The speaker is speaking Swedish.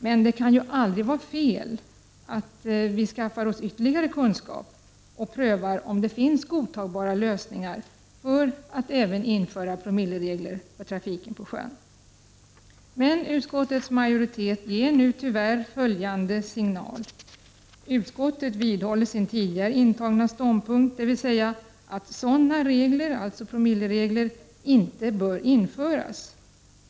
Men det kan aldrig vara fel att vi skaffar oss ytterligare kunskap och prövar om det finns godtagbara lösningar för att även införa promilleregler för trafiken på sjön. Utskottets majoritet ger nu tyvärr följande signal, nämligen att utskottet vidhåller sin tidigare intagna ståndpunkt, att promilleregler inte bör införas.